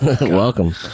Welcome